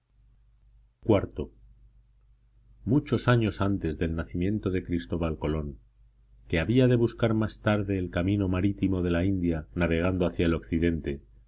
iv muchos años antes del nacimiento de cristóbal colón que había de buscar más tarde el camino marítimo de la india navegando hacia el occidente